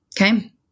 okay